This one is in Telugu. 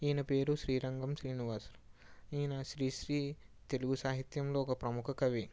ఈయన పేరు శ్రీరంగం శ్రీనివాసులు ఈయన శ్రీ శ్రీ తెలుగు సాహిత్యంలో ఒక ప్రముఖ కవి